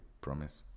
promise